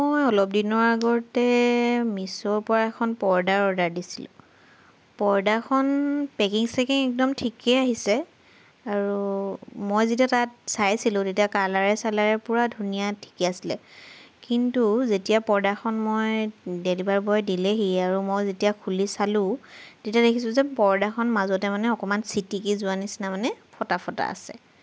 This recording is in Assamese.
মই অলপ দিনৰ আগতে মিছোৰ পৰা এখন পৰ্দা অৰ্ডাৰ দিছিলোঁ পৰ্দাখন পেকিং চেকিং একদম ঠিকেই আহিছে আৰু মই যেতিয়া তাত চাইছিলোঁ তেতিয়া কালাৰে চালাৰে পূৰা ধুনীয়া ঠিকে আছিলে কিন্তু যেতিয়া পৰ্দাখন মই ডেলিভাৰী বয়ে দিলেহি আৰু মই যেতিয়া খুলি চালোঁ তেতিয়া দেখিছোঁ যে পৰ্দাখন মাজতে মানে অকণমান চিটিকি যোৱাৰ নিচিনা মানে ফটা ফটা আছে